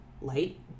light